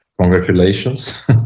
Congratulations